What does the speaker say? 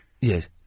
Yes